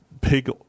big